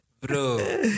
Bro